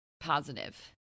positive